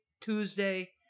Tuesday